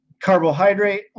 carbohydrate